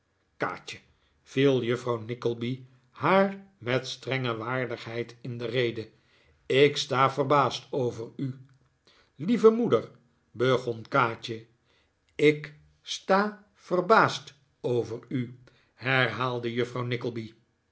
kaatje viel juffrouw nickleby haar met strenge waardigheid in de rede ik sta verbaasd over u lieve moeder begon kaatje ik sta verbaasd over u herhaalde juffrouw